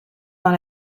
dans